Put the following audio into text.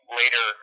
later